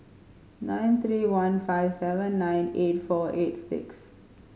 nine three one five seven nine eight four eight six